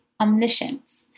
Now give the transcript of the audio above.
omniscience